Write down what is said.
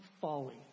folly